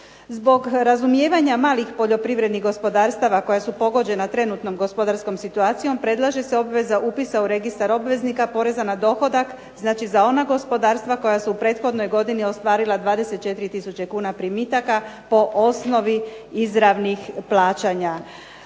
Zbog razumijevanja malih poljoprivrednih gospodarstava koja su pogođena trenutnom gospodarskom situacijom predlaže se obveza upisa u Registar obveznika poreza na dohodak za ona gospodarstva koja su u prethodnoj godini ostvarila 24 tisuće kuna primitaka po osnovi izravnih plaćanja.